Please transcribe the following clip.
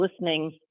listening